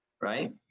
right